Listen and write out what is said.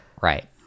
right